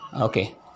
Okay